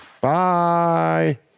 Bye